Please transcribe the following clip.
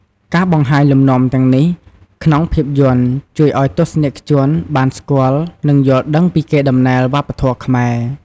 ការបង្ហាញលំនាំទាំងនេះក្នុងភាពយន្ត ជួយឱ្យទស្សនិកជនបានស្គាល់ និងយល់ដឹងពីកេរដំណែលវប្បធម៌ខ្មែរ។